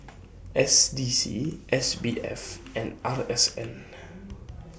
S D C S B F and R S N